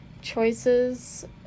choices